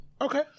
Okay